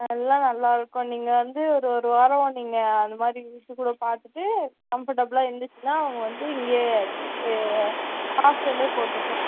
எல்லாம் நல்லா இருக்கும் நீங்கள் வந்து ஒரு ஒரு வாரம் நீங்கள் அந்தமாதிரி பார்த்துட்டு கம்ஃபர்டபுளாக இருந்துச்சின்னா நீங்கள் வந்து இங்கேயே ஹாஸ்டல்லையே போட்டுக்கலாம்